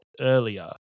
earlier